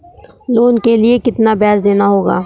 Loan के लिए कितना ब्याज देना होगा?